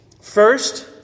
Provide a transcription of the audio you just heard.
First